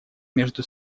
между